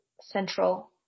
central